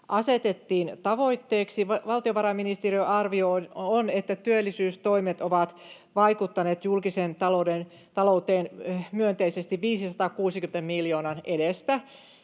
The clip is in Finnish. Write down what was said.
asetettiin tavoitteeksi. Valtiovarainministeriön arvio on, että työllisyystoimet ovat vaikuttaneet julkiseen talouteen myönteisesti 560 miljoonan edestä